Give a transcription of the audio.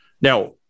Now